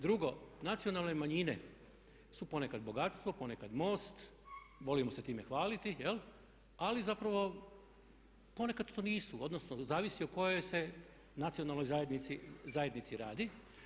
Drugo, nacionalne manjine su ponekad bogatstvo, ponekad most, volimo se time hvaliti jel' ali zapravo ponekad to nisu, odnosno zavisi o kojoj se nacionalnoj zajednici radi.